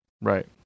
Right